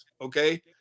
okay